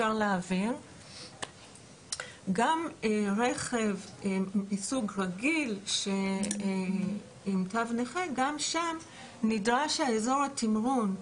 גם ברכב רגיל עם תו נכה נדרש אזור התמרון,